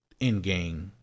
Endgame